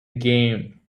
game